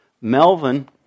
Melvin